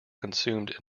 consumed